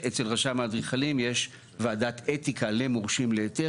ואצל רשם האדריכלים יש ועדת אתיקה למורשים להיתר.